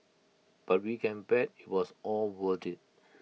but we can bet IT was all worth IT